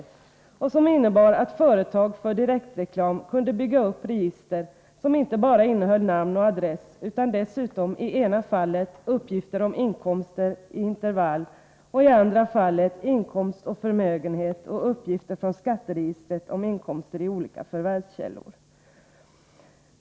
Dessa beslut innebar ju att företag för direktreklam kunde bygga upp register som inte bara innehöll namn och adress, utan dessutom i ena fallet uppgifter om inkomster i intervall och i andra fallet inkomst och förmögenhet och uppgifter från skatteregistret om inkomster i olika förvärvskällor.